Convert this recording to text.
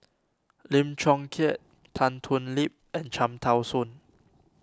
Lim Chong Keat Tan Thoon Lip and Cham Tao Soon